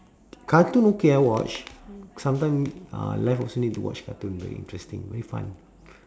cartoon okay I watch sometime uh life also need to watch cartoon very interesting very fun